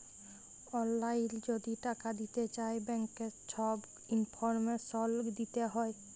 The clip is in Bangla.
অললাইল যদি টাকা দিতে চায় ব্যাংকের ছব ইলফরমেশল দিতে হ্যয়